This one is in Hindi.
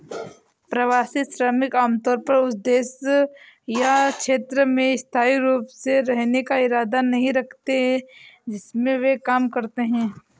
प्रवासी श्रमिक आमतौर पर उस देश या क्षेत्र में स्थायी रूप से रहने का इरादा नहीं रखते हैं जिसमें वे काम करते हैं